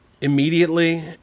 immediately